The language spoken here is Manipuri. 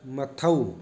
ꯃꯊꯧ